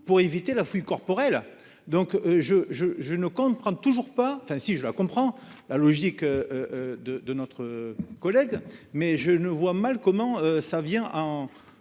pour éviter la fouille corporelle. Donc je je je ne compte prendre toujours pas enfin si je la comprends la logique. De de notre collègue mais je ne vois mal comment ça vient en